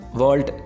world